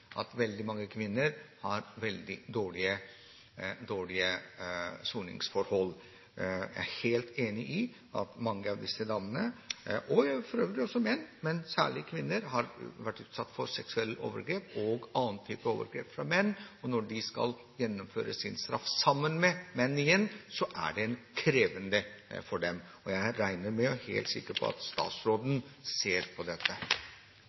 at i mange av disse landene har særlig kvinner – men det gjelder for øvrig også menn – vært utsatt for seksuelle overgrep og andre typer overgrep fra menn. Når de skal gjennomføre sin straff sammen med menn, er det krevende for dem. Jeg regner med – og er helt sikker på – at statsråden ser på dette.